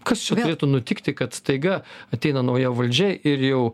kas čia turėtų nutikti kad staiga ateina nauja valdžia ir jau